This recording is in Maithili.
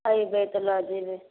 अएबै तऽ लऽ जेबै